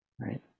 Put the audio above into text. Right